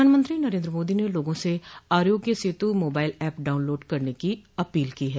प्रधानमंत्री नरेंद्र मोदी ने लोगों से Aarogya Setu mobile app download करने की अपील की है